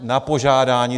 Na požádání.